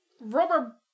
rubber